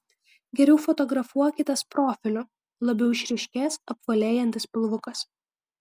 geriau fotografuokitės profiliu labiau išryškės apvalėjantis pilvukas